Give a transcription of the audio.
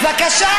אז בבקשה.